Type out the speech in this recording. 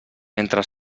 entre